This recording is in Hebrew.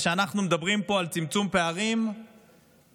אז כשאנחנו מדברים פה על צמצום פערים ועל